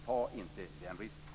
Ta inte den risken!